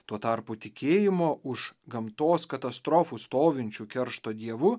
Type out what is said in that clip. tuo tarpu tikėjimo už gamtos katastrofų stovinčių keršto dievu